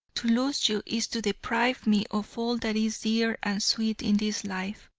to lose you is to deprive me of all that is dear and sweet in this life.